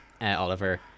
Oliver